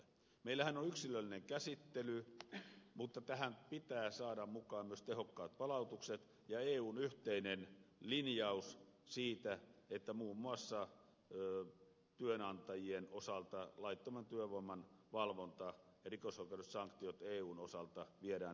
meillähän on yksilöllinen käsittely mutta tähän pitää saada mukaan myös tehokkaat palautukset ja eun yhteinen linjaus siitä että muun muassa työnantajien osalta laittoman työvoiman valvonta ja rikosoikeudelliset sanktiot eun osalta viedään eteenpäin